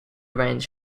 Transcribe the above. ranch